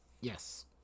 Yes